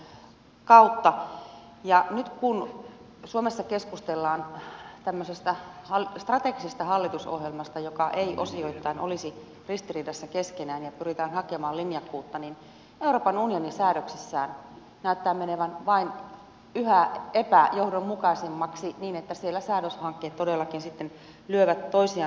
nyt kun suomessa keskustellaan tämmöisestä strategisesta hallitusohjelmasta joka ei osioittain olisi ristiriidassa keskenään ja pyritään hakemaan linjakkuutta niin euroopan unioni säädöksissään näyttää menevän vain yhä epäjohdonmukaisemmaksi niin että siellä säädöshankkeet todellakin sitten lyövät toisiaan korville